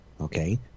Okay